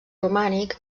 romànic